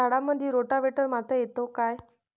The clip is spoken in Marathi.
झाडामंदी रोटावेटर मारता येतो काय?